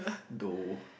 though